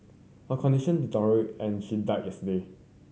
her condition deteriorated and she died yesterday